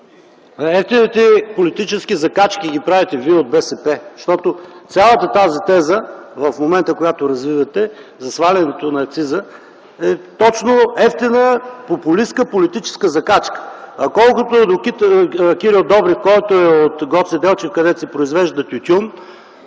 Евтините политически закачки ги правите вие, от БСП, защото цялата тази теза, която развивате в момента за свалянето на акциза, е точно евтина популистка политическа закачка. Колкото до Кирил Добрев, който е от Гоце Делчев, където се произвежда тютюн,